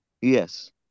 Yes